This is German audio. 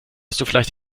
vielleicht